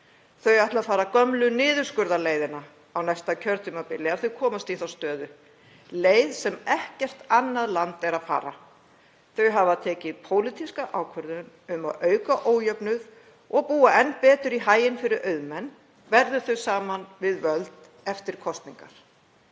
Þau ætla að fara gömlu niðurskurðarleiðina á næsta kjörtímabili ef þau komast í þá stöðu, leið sem ekkert annað land er að fara. Þau hafa tekið pólitíska ákvörðun um að auka ójöfnuð og búa enn betur í haginn fyrir auðmenn, verði þau saman við völd eftir kosningar.